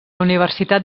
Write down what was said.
universitat